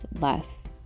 less